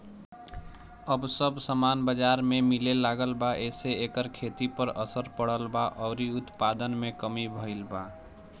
अब सब सामान बजार में मिले लागल बा एसे एकर खेती पर असर पड़ल बा अउरी उत्पादन में कमी भईल बा